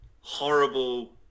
horrible